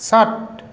षट्